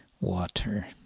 water